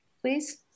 please